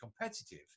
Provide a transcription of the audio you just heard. competitive